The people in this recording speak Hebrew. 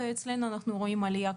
ואצלנו רואים עלייה?